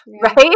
right